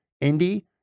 Indy